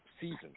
season